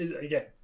again